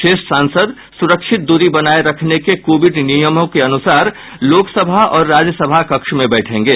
शेष सांसद सुरक्षित द्री बनाये रखने के कोविड नियमों के अनुसार लोकसभा और राज्यसभा कक्ष में बैठेंगे